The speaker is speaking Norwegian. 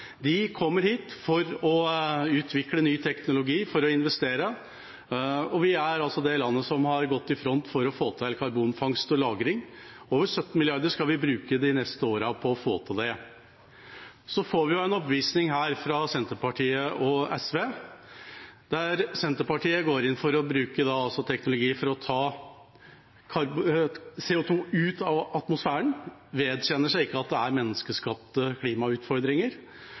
De kommer hit for å utvikle ny teknologi, for å investere. Vi er det landet som har gått i front for å få til karbonfangst og -lagring. Over 17 mrd. kr skal vi bruke de neste årene på å få til det. Så får vi en oppvisning her fra Senterpartiet og SV, der Senterpartiet går inn for å bruke teknologi for å ta CO 2 ut av atmosfæren, vedkjenner seg ikke at det er menneskeskapte klimautfordringer